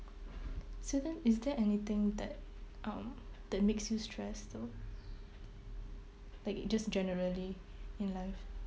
so then is there anything that um that makes you stress though like just generally in life